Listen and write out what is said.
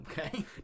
Okay